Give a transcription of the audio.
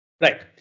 Right